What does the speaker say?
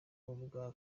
ubwa